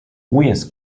weirs